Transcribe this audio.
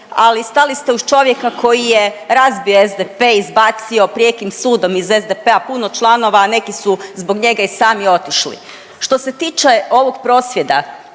ali stali ste uz čovjeka koji je razbio SDP, izbacio prijekim sudom iz SDP-a puno članova, a neki su zbog njega i sami otišli. Što se tiče ovog prosvjeda